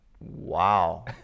wow